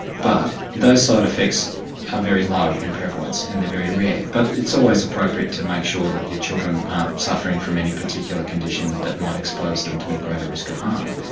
but those side effects are very low in prevalence and they're very rare. but it's always appropriate to make sure that your children aren't suffering from any particular condition that might expose them to a greater risk of harm.